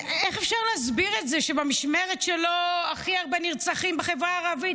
איך אפשר להסביר את זה שבמשמרת שלו הכי הרבה נרצחים בחברה הערבית,